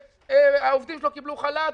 העובדים שלו קיבלו חל"ת.